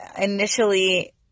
initially